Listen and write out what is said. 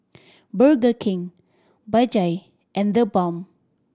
Burger King Bajaj and TheBalm